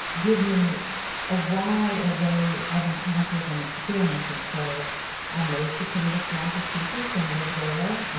give me a wide array of encounters and experiences. so i moved to cambridge, massachusetts, and lived there, and